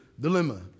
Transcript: dilemma